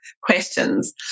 questions